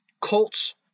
Colts